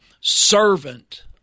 servant